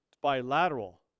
bilateral